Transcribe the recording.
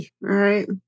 right